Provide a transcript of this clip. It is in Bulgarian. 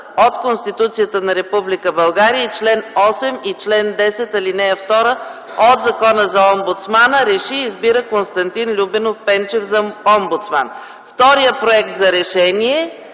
от Конституцията на Република България, и чл. 8, и чл. 10, ал. 2 от Закона за омбудсмана РЕШИ: Избира Константин Любенов Пенчев за омбудсман.” Вторият проект за решение